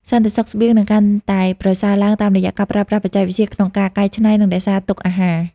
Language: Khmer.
សន្តិសុខស្បៀងនឹងកាន់តែប្រសើរឡើងតាមរយៈការប្រើប្រាស់បច្ចេកវិទ្យាក្នុងការកែច្នៃ និងរក្សាទុកអាហារ។